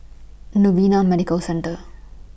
Novena Medical Centre